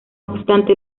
obstante